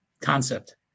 concept